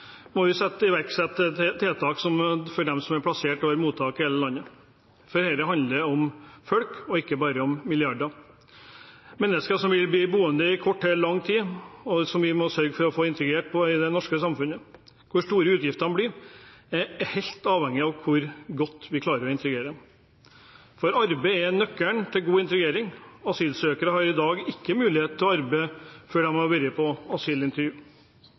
må vi iverksette tiltak også for dem som er plassert i mottak over hele landet. For dette handler om folk og ikke bare om milliarder, det handler om mennesker som vil bli boende i kort eller lang tid, og som vi må sørge for å få integrert i det norske samfunnet. Hvor store utgiftene blir, er helt avhengig av hvor godt vi klarer å integrere dem. Arbeid er nøkkelen til god integrering, og asylsøkere har i dag ikke mulighet til å arbeide før de har vært på